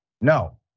no